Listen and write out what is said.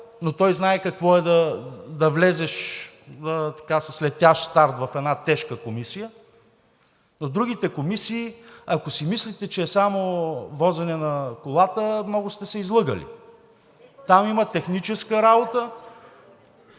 но той знае какво е да влезеш с летящ старт в една тежка комисия. За другите комисии ако си мислите, че е само возене на колата, много сте се излъгали. Там има техническа работа.